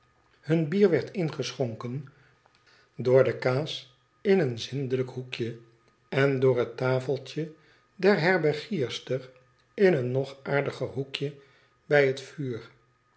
hun bier werd ingeschonken door de kaas in een zindelijk hoekje en door het tafeltje der herbergierster in een nog aardiger hoekje bij het vuur